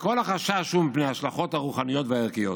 כל החשש הוא מפני ההשלכות הרוחניות והערכיות.